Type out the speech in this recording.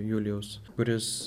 julijaus kuris